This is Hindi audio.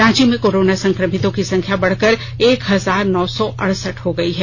रांची में कोरोना संक्रमितों की संख्या बढ़कर एक हजार नौ सौ अड़सठ हो गई है